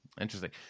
Interesting